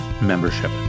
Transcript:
membership